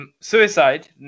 Suicide